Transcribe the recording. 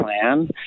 plan